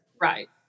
right